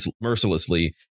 mercilessly